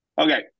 Okay